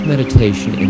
meditation